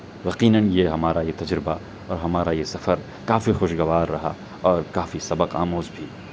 یقیناً یہ ہمارا یہ تجربہ اور ہمارا یہ سفر کافی خوش گوار رہا اور کافی سبق آموز بھی